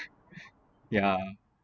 yeah